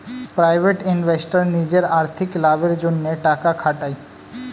private investor নিজের আর্থিক লাভের জন্যে টাকা খাটায়